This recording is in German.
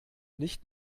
nicht